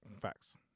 Facts